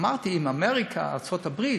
אמרתי, אם אמריקה, ארצות-הברית,